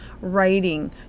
writing